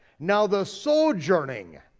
now the sojourning